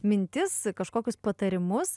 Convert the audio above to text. mintis kažkokius patarimus